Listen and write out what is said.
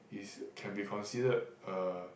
is can be considered a